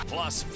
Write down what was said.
Plus